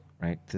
right